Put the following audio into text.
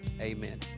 amen